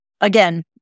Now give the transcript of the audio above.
again